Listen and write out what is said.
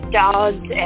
dogs